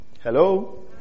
hello